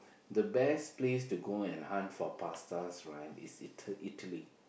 the best place to go and hunt for pastas right is Ita~ Italy